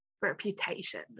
reputation